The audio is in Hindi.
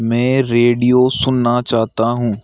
मैं रेडियो सुनना चाहता हूँ